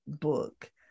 book